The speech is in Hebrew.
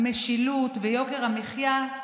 המשילות ויוקר המחיה,